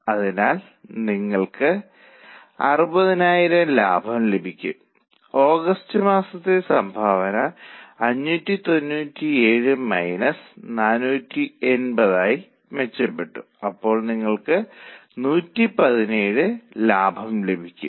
അതിനാൽ അവർ 10000 unit budget ഉണ്ടാക്കി വിൽപ്പന വില 30 ആണ് നേരിട്ടുള്ള മെറ്റീരിയൽ 8 ലേബർ 6 വേരിയബിൾ ഓവർഹെഡുകൾ മണിക്കൂറിൽ 1 എന്ന നിരക്കിൽ നൽകിയിരിക്കുന്നു